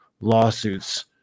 lawsuits